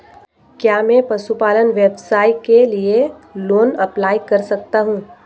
क्या मैं पशुपालन व्यवसाय के लिए लोंन अप्लाई कर सकता हूं?